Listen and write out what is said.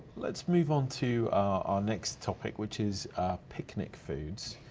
let's move on to our next topic which is picnic foods.